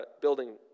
building